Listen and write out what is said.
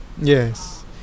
yes